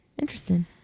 Interesting